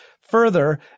Further